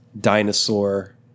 dinosaur